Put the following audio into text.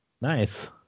nice